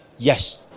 yes,